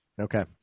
Okay